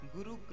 Guru